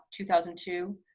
2002